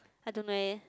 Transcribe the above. I don't know eh